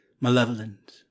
Malevolent